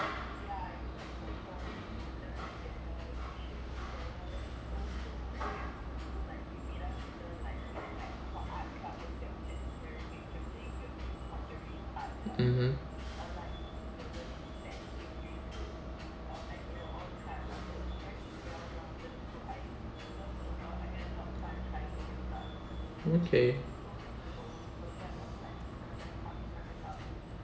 mmhmm okay